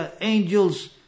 Angels